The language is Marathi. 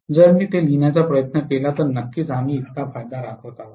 जर मी ते लिहिण्याचा प्रयत्न केला तर नक्कीच आम्ही इतका फायदा राखत आहोत